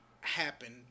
happen